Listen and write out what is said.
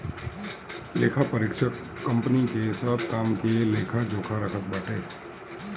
लेखापरीक्षक कंपनी के सब काम के लेखा जोखा रखत बाटे